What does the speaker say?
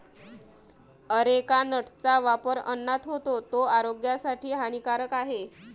areca नटचा वापर अन्नात होतो, तो आरोग्यासाठी हानिकारक आहे